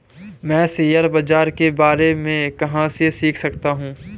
मैं शेयर बाज़ार के बारे में कहाँ से सीख सकता हूँ?